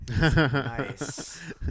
Nice